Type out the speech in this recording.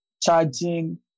charging